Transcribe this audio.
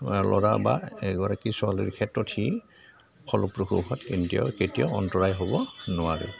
ল'ৰা বা এগৰাকী ছোৱালীৰ ক্ষেত্ৰত সি ফলপ্ৰসূ হোৱাত কে কেতিয়াও অন্তৰায় হ'ব নোৱাৰে